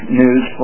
news